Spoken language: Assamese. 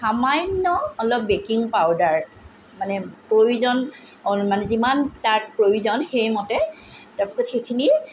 সামান্য অলপ বেকিং পাউদাৰ মানে প্ৰয়োজন মানে যিমান তাত প্ৰয়োজন সেই মতে তাৰপিছত সেইখিনি